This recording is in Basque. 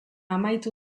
amaitu